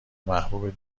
محبوب